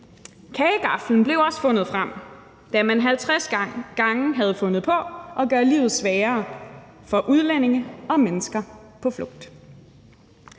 Kagegaflen blev også fundet frem, da man 50 gange havde fundet på at gøre livet sværere for udlændinge og mennesker på flugt.